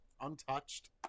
Untouched